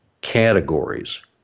categories